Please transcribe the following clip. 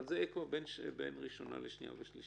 אבל זה יהיה כבר בין הקריאה הראשונה לשנייה ושלישית.